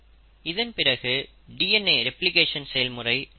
இதில் இதன்பிறகு DNA replication செயல்முறை நிகழாது